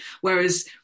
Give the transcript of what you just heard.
whereas